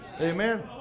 Amen